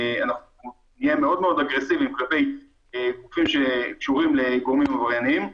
נהיה מאוד אגרסיביים כלפי גופים שקשורים לגורמים עבריינים.